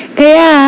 kaya